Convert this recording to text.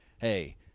hey